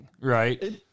right